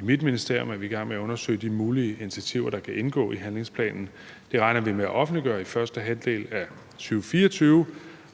i mit ministerium er vi i gang med at undersøge de mulige initiativer, der kan indgå i handlingsplanen. Det regner vi med at offentliggøre i første halvdel af 2024,